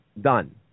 done